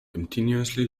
continuously